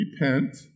repent